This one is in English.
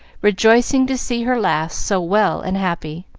rejoicing to see her lass so well and happy.